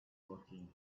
working